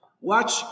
Watch